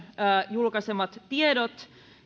julkaisemat tiedot